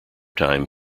time